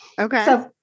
Okay